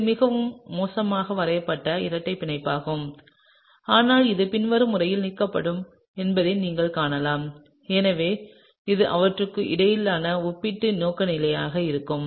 இது மிகவும் மோசமாக வரையப்பட்ட இரட்டைப் பிணைப்பாகும் ஆனால் இது பின்வரும் முறையில் நீக்கப்படும் என்பதை நீங்கள் காணலாம் எனவே இது இவற்றுக்கு இடையேயான ஒப்பீட்டு நோக்குநிலையாக இருக்கும்